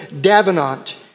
Davenant